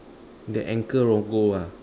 the ankle logo ah